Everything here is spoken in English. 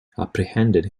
apprehended